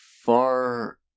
far